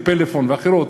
'פלאפון' ואחרות.